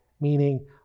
meaning